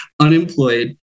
unemployed